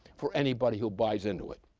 for anybody who buys into it.